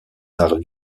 arts